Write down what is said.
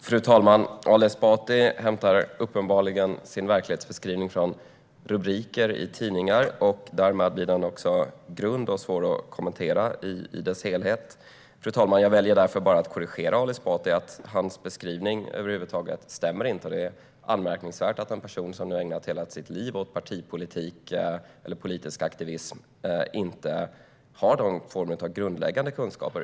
Fru talman! Ali Esbati hämtar uppenbarligen sin verklighetsbeskrivning från rubriker i tidningar. Därmed blir den grund och svår att kommentera i sin helhet. Fru talman! Jag väljer därför bara att korrigera Ali Esbati: Hans beskrivning stämmer över huvud taget inte, och det är anmärkningsvärt att en person som har ägnat hela sitt liv åt partipolitik eller politisk aktivism inte har någon form av grundläggande kunskaper.